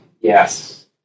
yes